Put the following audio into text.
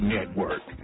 Network